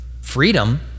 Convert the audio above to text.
freedom